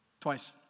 twice